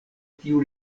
tiu